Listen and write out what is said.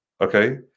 okay